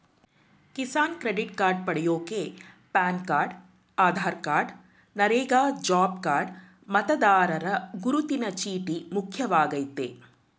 Kisan credit card ಪಡ್ಯೋಕೆ PAN card Aadhaar card NREGA job card ಮತದಾರರ ಗುರುತಿನ ಚೀಟಿ ಮುಖ್ಯವಾಗಯ್ತೆ